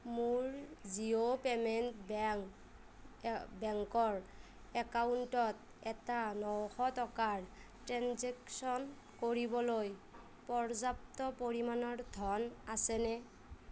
মোৰ Jio payment bank বেংকৰ একাউণ্টত এটা নশ টকাৰ ট্ৰান্জেকশ্যন কৰিবলৈ পৰ্যাপ্ত পৰিমাণৰ ধন আছেনে